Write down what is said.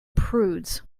prudes